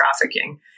trafficking